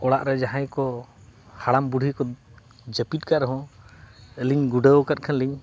ᱚᱲᱟᱜ ᱨᱮ ᱡᱟᱦᱟᱸᱭ ᱠᱚ ᱦᱟᱲᱟᱢ ᱵᱩᱲᱦᱤ ᱠᱚ ᱡᱟᱹᱯᱤᱫ ᱠᱟᱜ ᱨᱮᱦᱚᱸ ᱟᱹᱞᱤᱧ ᱜᱩᱰᱟᱹᱣ ᱟᱠᱟᱫ ᱠᱷᱟᱱ ᱞᱤᱧ